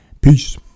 peace